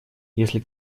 если